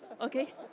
okay